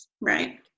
Right